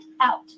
out